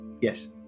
yes